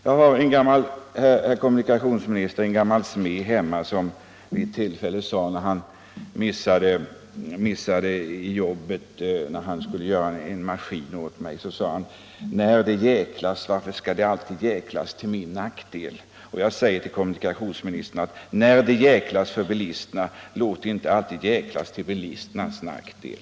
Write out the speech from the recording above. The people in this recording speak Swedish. Det finns, herr kommunikationsminister, en gammal smed i min hembygd som en gång när han slog sig då han skulle reparera en maskin åt mig sade: När det jäklas, varför skall det alltid jäklas till min nackdel! Och jag säger till kommunikationsministern: När det jäklas för bilisterna, låt det inte alltid jäklas till bilisternas nackdel!